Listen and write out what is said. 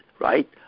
right